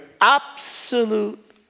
absolute